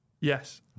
yes